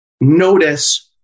notice